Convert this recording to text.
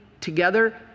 together